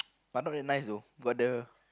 but not very nice though but the